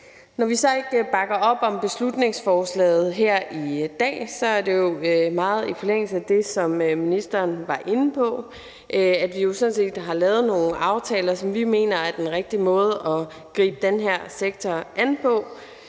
Når vi så ikke bakker op om beslutningsforslaget her i dag, handler det jo meget om det, som er i forlængelse af det, som ministeren var inde på, nemlig at vi jo sådan set har lavet nogle aftaler, som vi mener gør det rigtige i forhold til at gribe den her sektor an.